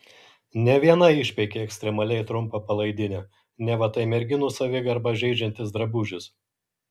ne viena išpeikė ekstremaliai trumpą palaidinę neva tai merginų savigarbą žeidžiantis drabužis